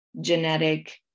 genetic